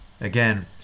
Again